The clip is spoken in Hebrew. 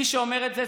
מי שאומר את זה,